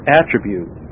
attribute